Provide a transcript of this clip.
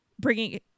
bringing